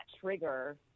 trigger